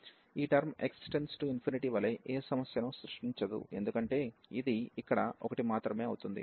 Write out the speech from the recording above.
ఈ term x→∞ వలె ఏ సమస్యను సృష్టించదు ఎందుకంటే ఇది ఇక్కడ ఒకటి మాత్రమే అవుతుంది